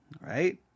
Right